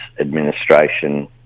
Administration